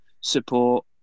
support